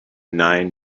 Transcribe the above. nine